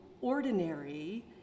ordinary